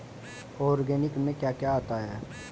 Organic में क्या क्या आता है?